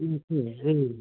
ओम ओम जेरै